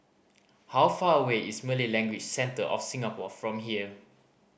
how far away is Malay Language Centre of Singapore from here